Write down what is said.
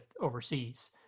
overseas